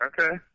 Okay